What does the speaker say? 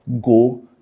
go